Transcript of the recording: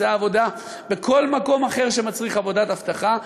מצא עבודה בכל מקום אחר שמצריך עבודת אבטחה,